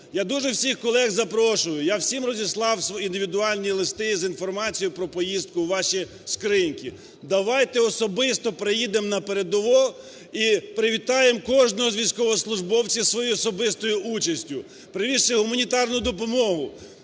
Я дуже всіх колег запрошую, я всім розіслав індивідуальні листи з інформацією про поїздку у ваші скриньки. Давайте особисто приїдемо на передову і привітаємо кожного із військовослужбовців своєю особистою участю, привізши гуманітарну допомогу,